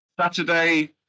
Saturday